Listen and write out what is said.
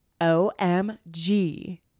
OMG